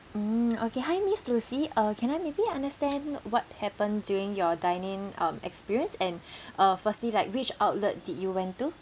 mm okay hi miss lucy uh can I maybe understand what happened during your dine in um experience and uh firstly like which outlet did you went to